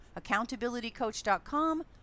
accountabilitycoach.com